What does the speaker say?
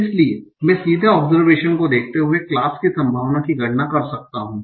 इसलिए मैं सीधे ओब्सेर्वेशन को देखते हुए क्लास की संभावना की गणना कर सकता हूं